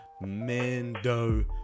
Mando